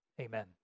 Amen